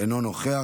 אינו נוכח,